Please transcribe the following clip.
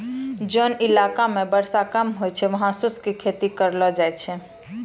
जोन इलाका मॅ वर्षा कम होय छै वहाँ शुष्क खेती करलो जाय छै